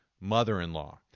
mother-in-law